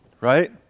right